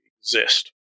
exist